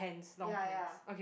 ya ya